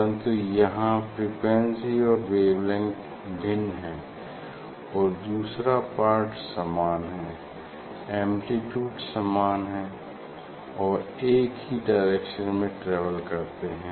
परन्तु यहाँ फ्रीक्वेंसी और वेवलेंग्थ भिन्न हैं और दूसरा पार्ट समान है एम्प्लीट्यूड समान है और एक ही डायरेक्शन में ट्रेवल करते हैं